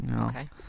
okay